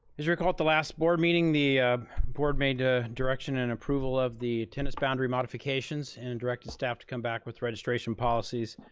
as recalled at the last board meeting, the board made ah direction and approval of the tennis boundary modifications and directed staff to come back with registration policies.